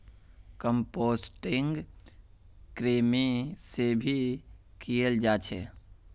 composting कृमि से भी कियाल जा छे